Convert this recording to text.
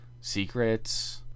secrets